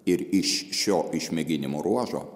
ir iš šio išmėginimų ruožo